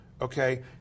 Okay